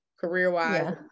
career-wise